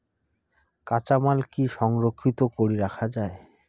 কাঁচামাল কি সংরক্ষিত করি রাখা যায়?